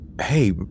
hey